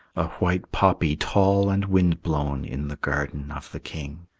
a white poppy tall and wind-blown in the garden of the king.